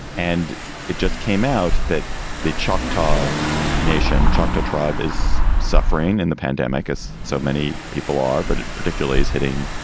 and it just came out that the choctaw nation, the choctaw tribe, is suffering in the pandemic, as so many people are. but it particularly is hitting